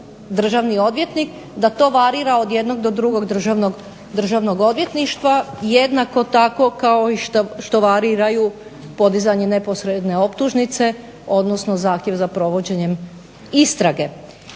državni odvjetnik da to varira od jednog do drugog državnog odvjetništva jednako tako kao i što variraju podizanje neposredne optužnice, odnosno zahtjev za provođenjem istrage.